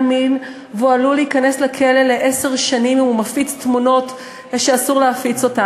מין והוא עלול להיכנס לכלא לעשר שנים אם יפיץ תמונות שאסור להפיצן.